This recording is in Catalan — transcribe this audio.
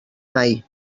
mai